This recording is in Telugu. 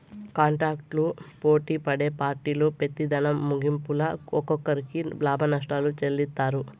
కాంటాక్టులు పోటిపడే పార్టీలు పెతిదినం ముగింపుల ఒకరికొకరు లాభనష్టాలు చెల్లిత్తారు